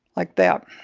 like that.